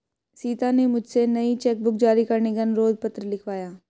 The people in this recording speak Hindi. सीता ने मुझसे नई चेक बुक जारी करने का अनुरोध पत्र लिखवाया